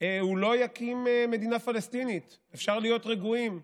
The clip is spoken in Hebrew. הוא לא יקים מדינה פלסטינית, אפשר להיות רגועים,